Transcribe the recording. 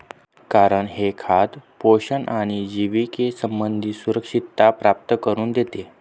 कारण हे खाद्य पोषण आणि जिविके संबंधी सुरक्षितता प्राप्त करून देते